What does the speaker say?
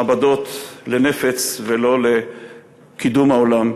מעבדות לנפץ ולא לקידום העולם.